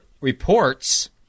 reports